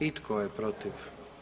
I tko je protiv?